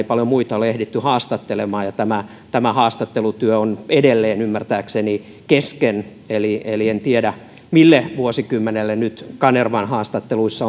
paljon muita ole ehditty haastattelemaan ja tämä tämä haastattelutyö on edelleen ymmärtääkseni kesken eli eli en tiedä mille vuosikymmenelle nyt kanervan haastatteluissa